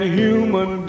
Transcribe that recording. human